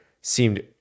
seemed